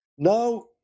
Now